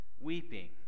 weeping